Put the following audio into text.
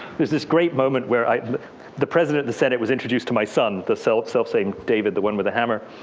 there's this great moment where i mean the president, the senate was introduced my son, the so self-saying david. the one with the hammer.